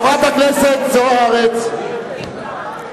חבר הכנסת פלסנר, אני קורא אותך לסדר פעם ראשונה.